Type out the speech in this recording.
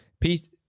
pete